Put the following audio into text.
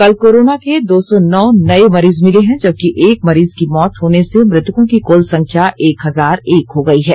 कल कोरोना के दो सौ नौ नए मरीज मिले हैं जबकि एक मरीज की मौत होने से मृतकों की कुल संख्या एक हजार एक हो गई है